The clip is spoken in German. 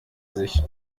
sich